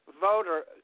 voter